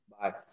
Bye